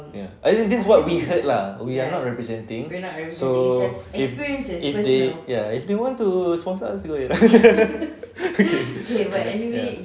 ya I mean this is what we heard lah we are not representing so if if they want to sponsor us go ahead okay ya